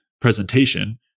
presentation